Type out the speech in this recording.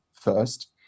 first